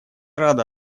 рада